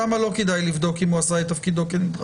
שם לא כדאי לבדוק אם הוא עשה את תפקידו כנדרש.